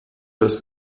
das